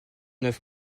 œuvre